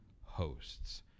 hosts